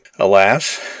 Alas